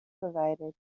verwijderd